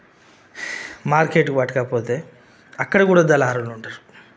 మార్కెట్కి పట్టకపోతే అక్కడ కూడా దళారులుంటారు